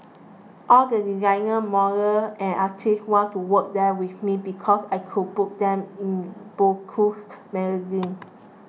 all the designers models and artists wanted to work there with me because I could put them in bowl coos magazine